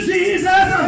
Jesus